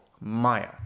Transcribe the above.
Maya